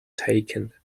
taken